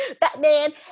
Batman